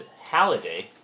Halliday